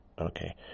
Okay